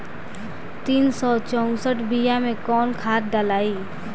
तीन सउ चउसठ बिया मे कौन खाद दलाई?